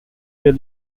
their